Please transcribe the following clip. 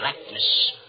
blackness